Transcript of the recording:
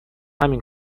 همین